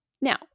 Now